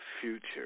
future